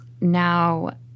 now